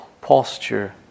posture